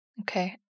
Okay